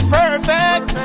perfect